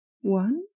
One